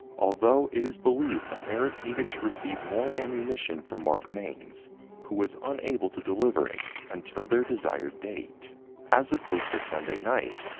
although it is believed that eric needed to receive more ammunition from mark mane's who was unable to deliver it until their desired date as opposed to sunday night,